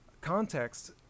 context